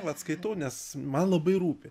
vat skaitau nes man labai rūpi